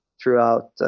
throughout